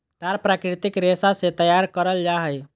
तार प्राकृतिक रेशा से तैयार करल जा हइ